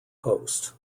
host